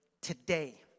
today